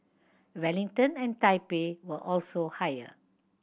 Wellington and Taipei were also higher